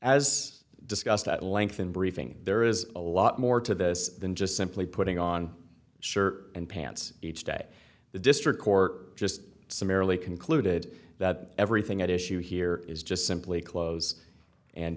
as discussed at length in briefing there is a lot more to this than just simply putting on a shirt and pants each day the district court just summarily concluded that everything at issue here is just simply close and